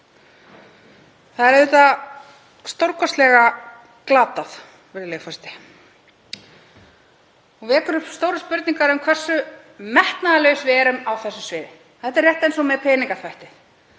Það er auðvitað stórkostlega glatað, virðulegur forseti, og vekur upp stórar spurningar um hversu metnaðarlaus við erum á þessu sviði. Þetta er rétt eins og með peningaþvætti,